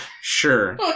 sure